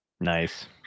Nice